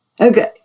Okay